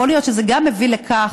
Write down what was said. יכול להיות שגם זה הביא לכך